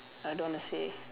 I don't want to say